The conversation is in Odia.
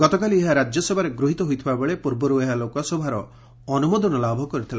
ଗତକାଲି ଏହା ରାଜ୍ୟସଭାରେ ଗୃହିତ ହୋଇଥିବା ବେଳେ ପୂର୍ବରୁ ଏହା ଲୋକସଭାର ଅନୁମୋଦନ ଲାଭ କରିଥିଲା